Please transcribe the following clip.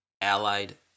Allied